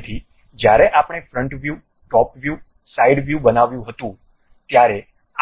તેથી જ્યારે આપણે front view top view side view બનાવ્યું હતું ત્યારે